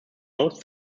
most